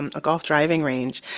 um a golf driving range,